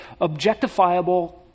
objectifiable